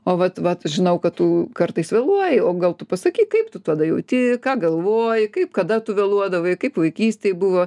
o vat vat žinau kad tu kartais vėluoji o gal tu pasakyk kaip tu tada jauti ką galvoji kaip kada tu vėluodavai kaip vaikystėj buvo